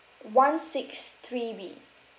one six three B